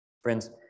Friends